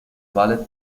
ballet